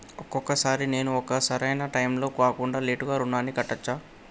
ఒక్కొక సారి నేను ఒక సరైనా టైంలో కాకుండా లేటుగా రుణాన్ని కట్టచ్చా?